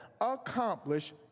accomplish